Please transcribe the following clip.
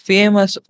Famous